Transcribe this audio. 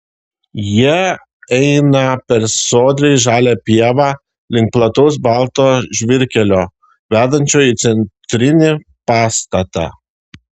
jie eina per sodriai žalią pievą link plataus balto žvyrkelio vedančio į centrinį pastatą